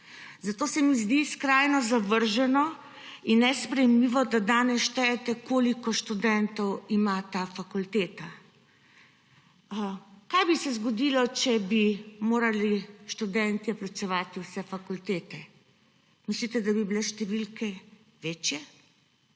Zato se mi zdi skrajno zavržno in nesprejemljivo, da danes štejete, koliko študentov ima ta fakulteta. Kaj bi se zgodilo, če bi morali študentje plačevati vse fakultete? Mislite, da bi bile številke večje?